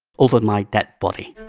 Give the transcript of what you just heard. over my dead body.